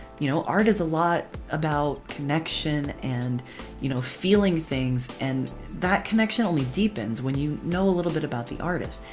you know? art is a lot about connection and you know feeling things and that connection only deepens when you know a little bit about the artist.